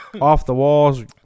off-the-walls